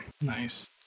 Nice